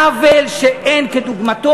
עוול שאין כדוגמתו.